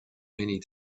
many